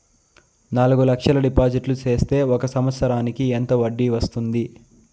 నాలుగు లక్షల డిపాజిట్లు సేస్తే ఒక సంవత్సరానికి ఎంత వడ్డీ వస్తుంది?